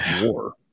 war